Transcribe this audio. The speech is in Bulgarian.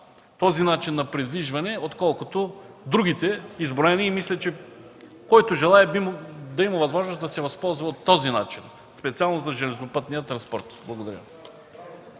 този начин на предвижване е доста по-евтин от другите изброени. Мисля, че който желае, трябва да има възможност да се възползва от този начин – специално за железопътния транспорт. Благодаря.